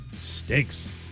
stinks